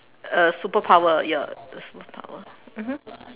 a superpower your superpower mmhmm